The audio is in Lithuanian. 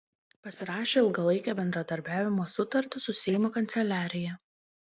pasirašė ilgalaikę bendradarbiavimo sutartį su seimo kanceliarija